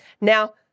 Now